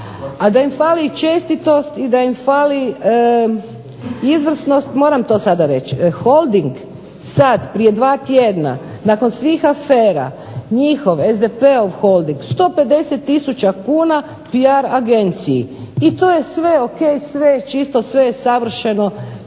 A da im fali čestitost i da im fali izvrsnost, moram to sada reći, Holding sada prije dva tjedna nakon svih afera, njihov SDP-ov Holding 150 tisuća kuna PR agenciji. I to je sve o.k., sve je čisto, sve je savršeno,